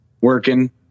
working